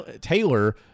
Taylor